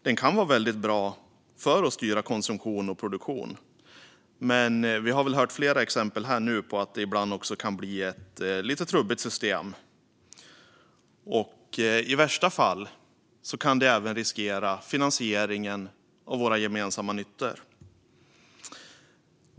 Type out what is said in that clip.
Det kan vara väldigt bra för att styra konsumtion och produktion, men vi har väl nu här hört flera exempel på att det ibland också kan bli ett lite trubbigt system. I värsta fall kan det även riskera finansieringen av våra gemensamma nyttor.